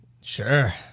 Sure